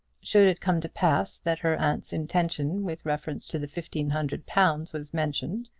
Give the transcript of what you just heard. should it come to pass that her aunt's intention with reference to the fifteen hundred pounds was mentioned,